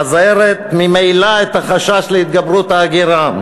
ממזערת ממילא את החשש להתגברות ההגירה.